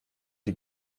die